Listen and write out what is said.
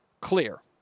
clear